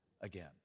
again